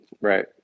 Right